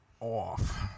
off